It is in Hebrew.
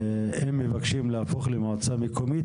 הם מבקשים להפוך למועצה מקומית,